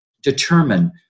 determine